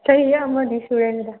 ꯆꯍꯤꯁꯦ ꯑꯃꯗꯤ ꯁꯨꯔꯦ ꯃꯦꯗꯥꯝ